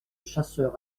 chasseurs